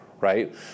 right